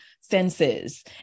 senses